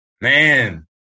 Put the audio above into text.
Man